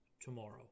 tomorrow